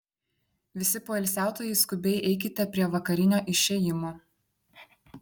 visi poilsiautojai skubiai eikite prie vakarinio išėjimo